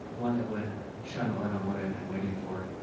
one that would shine a light on what i had been waiting for.